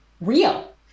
real